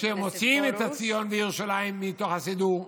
שהם מוציאים את ציון וירושלים מתוך הסידור,